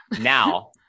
now